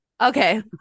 Okay